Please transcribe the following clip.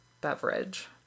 beverage